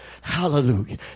hallelujah